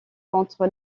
contre